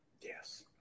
Yes